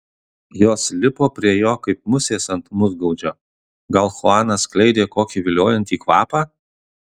jos lipo prie jo kaip musės ant musgaudžio gal chuanas skleidė kokį viliojantį kvapą